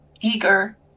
eager